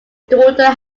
daughter